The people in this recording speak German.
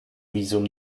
visum